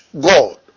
God